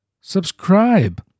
Subscribe